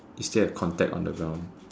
you still have contact on the ground